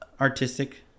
artistic